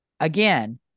Again